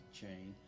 chain